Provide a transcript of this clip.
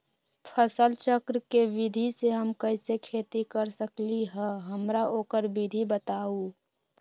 फसल चक्र के विधि से हम कैसे खेती कर सकलि ह हमरा ओकर विधि बताउ?